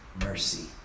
mercy